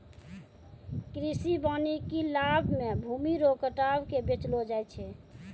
कृषि वानिकी लाभ मे भूमी रो कटाव के बचैलो जाय छै